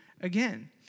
again